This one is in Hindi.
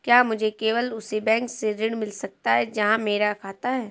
क्या मुझे केवल उसी बैंक से ऋण मिल सकता है जहां मेरा खाता है?